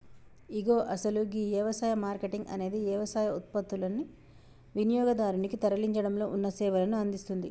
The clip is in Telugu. ఇగో అసలు గీ యవసాయ మార్కేటింగ్ అనేది యవసాయ ఉత్పత్తులనుని వినియోగదారునికి తరలించడంలో ఉన్న సేవలను అందిస్తుంది